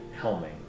helming